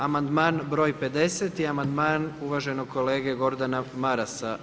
Amandman broj 50. je amandman uvaženog kolege Gordana Marasa.